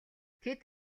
тэд